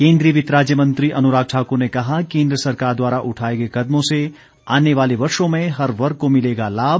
केंद्रीय वित्त राज्य मंत्री अनुराग ठाकुर ने कहा केंद्र सरकार द्वारा उठाए गए कदमों से आने वाले वर्षो में हर वर्ग को मिलेगा लाभ